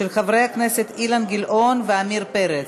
של חברי הכנסת אילן גילאון ועמיר פרץ.